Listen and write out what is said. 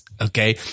okay